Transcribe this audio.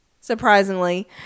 surprisingly